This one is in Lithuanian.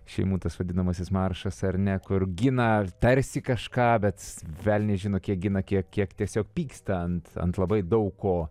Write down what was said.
šeimų tas vadinamasis maršas ar ne kur gina tarsi kažką bet velnias žino kiek gina kiek kiek tiesiog pyksta ant ant labai daug ko